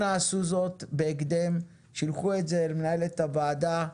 אנא עשו זאת בהקדם, שילחו את זה למנהלת הוועדה,